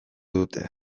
dute